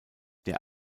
der